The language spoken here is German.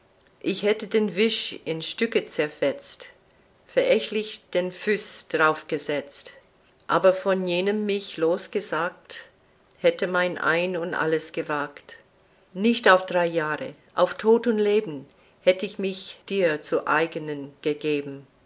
ich hätte den wisch in stücke zerfetzt verächtlich den fuß darauf gesetzt aber von jenem mich losgesagt hätte mein ein und alles gewagt nicht auf drei jahr auf tod und leben hätt ich mich dir zu eigen gegeben